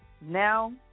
Now